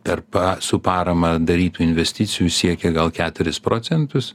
tarp su parama darytų investicijų siekia gal keturis procentus